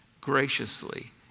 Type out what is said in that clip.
graciously